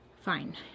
fine